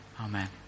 Amen